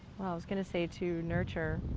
well, i was going to say to nurture,